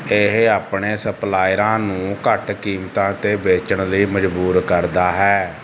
ਇਹ ਆਪਣੇ ਸਪਲਾਇਰਾਂ ਨੂੰ ਘੱਟ ਕੀਮਤਾਂ 'ਤੇ ਵੇਚਣ ਲਈ ਮਜਬੂਰ ਕਰਦਾ ਹੈ